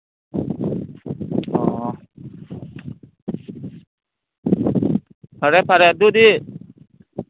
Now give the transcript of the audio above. ꯑꯣ ꯐꯔꯦ ꯐꯔꯦ ꯑꯗꯨꯗꯤ